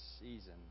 season